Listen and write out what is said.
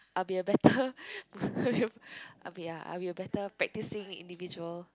I'll be a better I'l be ya I'll be a better practicing individual